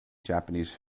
japanese